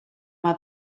mama